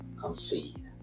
concede